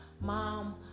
Mom